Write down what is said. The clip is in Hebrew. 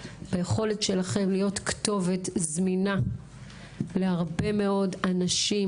היכולת שלכם להיות כתובת זמינה להרבה מאוד אנשים